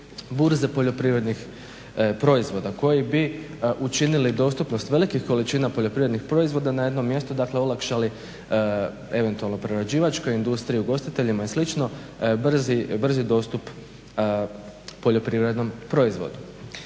burze poljoprivrednih proizvoda koji bi učinili dostupnost velikih količina poljoprivrednih proizvoda na jedno mjesto, dakle olakšali eventualno prerađivačkoj industriji, ugostiteljima i slično brzi dostup poljoprivrednom proizvodu.